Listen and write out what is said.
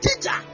Teacher